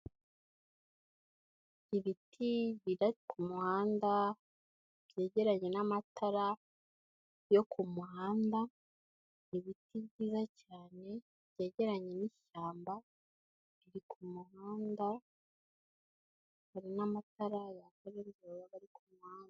Ibiti biri ku muhanda byegeranye n'amatara yo ku muhanda, ibiti byiza cyane byegeranye n'ishyamba riri ku muhanda, hari n'amatara yaka buri gihe aba ari ku muhanda.